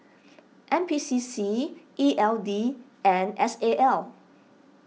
N P C C E L D and S A L